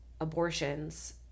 abortions